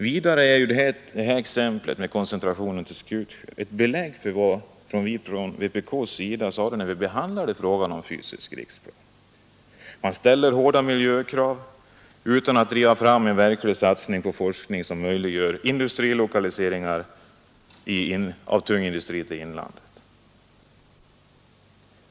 Vidare är koncentrationen till Skutskär ett belägg för vad vi från vpk:s sida sade när den fysiska riksplanen behandlades: man ställer hårda miljökrav utan att driva fram en verklig satsning på forskning som möjliggör industrilokaliseringar av tung industri till inlandet.